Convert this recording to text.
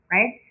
Right